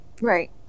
Right